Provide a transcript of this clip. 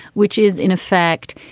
which is in effect,